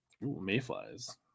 Mayflies